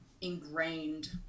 ingrained